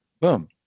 boom